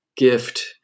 gift